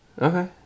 Okay